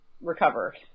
recover